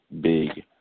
big